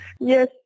Yes